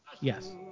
yes